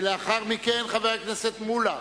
לאחר מכן, חבר הכנסת מולה,